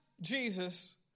Jesus